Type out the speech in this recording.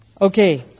Okay